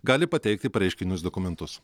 gali pateikti pareiškinius dokumentus